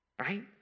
right